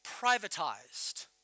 privatized